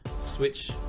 switch